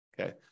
Okay